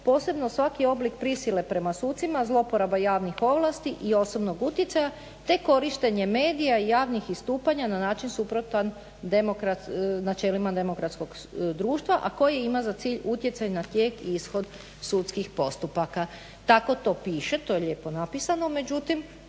posebno svaki oblik prisile prema sucima, zlouporaba javnih ovlasti i osobnog uticaja, te korištenje medija i javnih istupanja na način suprotan načelima demokratskog društva a koji ima za cilj utjecaj na tijek i ishod sudskih postupaka." Tako to piše, to je lijepo napisano. Međutim,